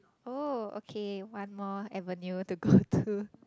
oh okay one more avenue to go go to